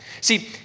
see